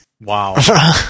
Wow